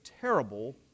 terrible